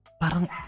Parang